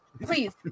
please